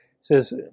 says